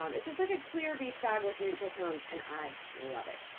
um it's just like a clear beach bag with neutral tones, and i love it.